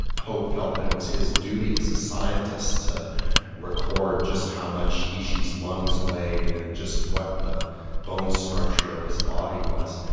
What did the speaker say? pope felt that it was his duty as a scientist to record just how much ishi's lungs weighed and what the bone structure of his body was.